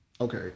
okay